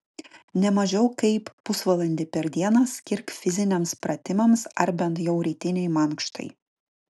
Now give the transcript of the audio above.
ne mažiau kaip pusvalandį per dieną skirk fiziniams pratimams ar bent jau rytinei mankštai